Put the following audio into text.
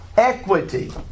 Equity